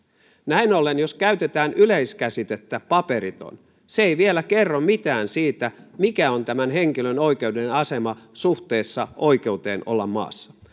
näin ollen jos käytetään yleiskäsitettä paperiton se ei vielä kerro mitään siitä mikä on tämän henkilön oikeudellinen asema suhteessa oikeuteen olla maassa